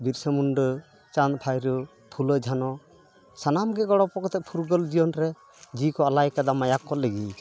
ᱵᱤᱨᱥᱟᱹ ᱢᱩᱱᱰᱟᱹ ᱪᱟᱸᱫ ᱵᱷᱟᱭᱨᱳ ᱯᱷᱩᱞᱳ ᱡᱷᱟᱱᱳ ᱥᱟᱱᱟᱢ ᱜᱮ ᱜᱚᱲᱚᱜᱚᱯᱚᱲᱚ ᱠᱟᱛᱮ ᱯᱷᱩᱨᱜᱟᱹᱞ ᱡᱤᱭᱚᱱ ᱨᱮ ᱡᱤᱣᱤ ᱠᱚ ᱟᱞᱟᱭ ᱠᱟᱫᱟ ᱢᱟᱭᱟᱝ ᱠᱚ ᱞᱤᱸᱜᱤᱭᱟᱠᱟᱫᱟ